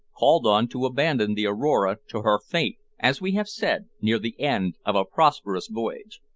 called on to abandon the aurora to her fate, as we have said, near the end of a prosperous voyage.